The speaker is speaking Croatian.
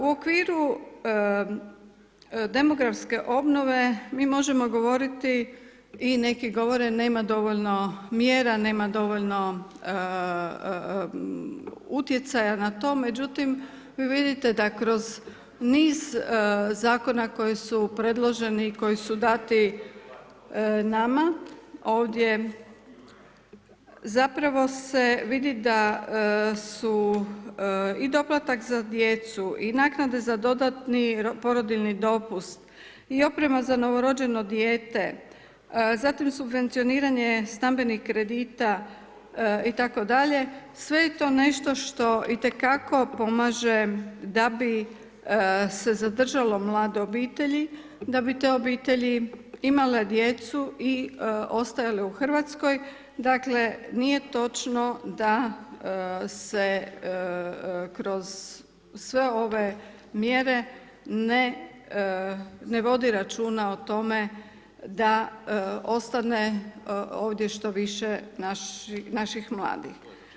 U okviru demografske obnove mi možemo govoriti i neki govore nema dovoljno mjera, nema dovoljno utjecaja na to, međutim vi vidite da kroz niz zakona koji su predloženi, koji su dati nama, ovdje, zapravo se vidi da su i doplatak za djecu i naknade za dodatni porodiljini dopust i oprema za novorođeno dijete, zatim sufinanciranje stambenih kredita i itd. sve je to nešto što itekako pomaže da bi se zadržalo mlade obitelji, da bi te obitelji imale djecu i ostajale u Hrvatskoj, dakle, nije točno da se kroz sve ove mjere ne vodi računa o tome da ostane ovdje što više naših mladih.